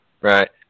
right